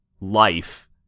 life